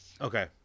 Okay